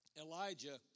Elijah